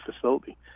facility